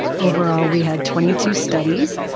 overall we had twenty two studies,